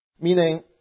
meaning